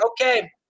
okay